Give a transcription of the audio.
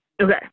Okay